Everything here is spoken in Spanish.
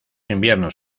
inviernos